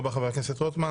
תודה רבה, חבר הכנסת רוטמן.